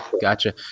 gotcha